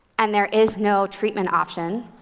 and there is no treatment option